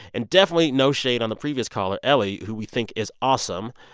and definitely no shade on the previous caller, ellie, who we think is awesome.